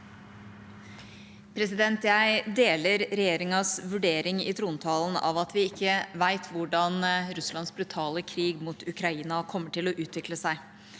Jeg deler regje- ringas vurdering i trontalen av at vi ikke vet hvordan Russlands brutale krig mot Ukraina kommer til å utvikle seg,